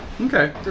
Okay